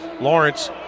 Lawrence